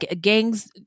Gangs